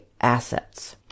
assets